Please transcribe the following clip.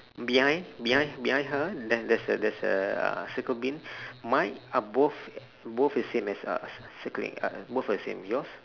behind behind behind her there there's a there's a uh recycle bin mine are both both is same as uh recycling uh both is the same yours